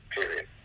period